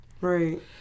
Right